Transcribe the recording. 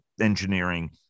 engineering